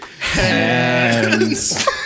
Hands